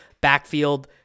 backfield